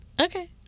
Okay